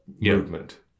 Movement